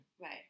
Right